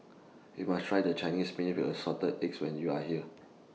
YOU must Try The Chinese Spinach with Assorted Eggs when YOU Are here